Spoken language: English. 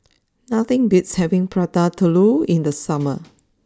nothing beats having Prata Telur in the summer